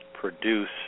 produce